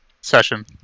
session